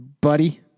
buddy